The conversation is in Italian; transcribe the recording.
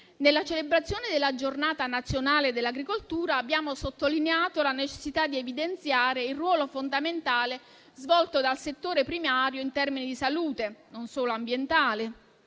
Nella celebrazione della Giornata nazionale dell'agricoltura, abbiamo sottolineato la necessità di evidenziare il ruolo fondamentale svolto dal settore primario in termini di salute, non solo ambientale,